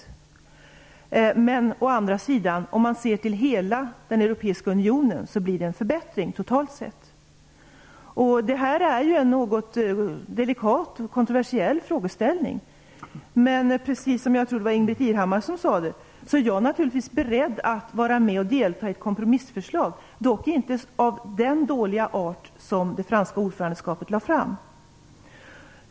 Om man å andra sidan ser till hela den europeiska unionen blir det en förbättring totalt sett. Det här är en något delikat och kontroversiell frågeställning. Men jag är, precis som Ingbritt Irhammar sade, naturligtvis beredd att delta i ett kompromissförslag, dock inte av den dåliga art som det franska ordförandeskapet lade fram.